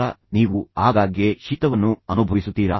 ತದನಂತರ ನೀವು ಆಗಾಗ್ಗೆ ಶೀತವನ್ನು ಅನುಭವಿಸುತ್ತೀರಾ